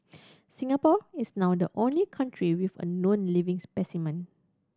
Singapore is now the only country with a known living specimen